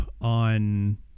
on